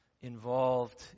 involved